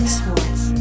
sports